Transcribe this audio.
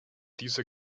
dieser